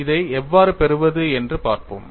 இதை எவ்வாறு பெறுவது என்று பார்ப்போம்